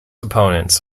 opponents